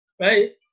right